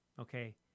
okay